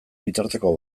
bitarteko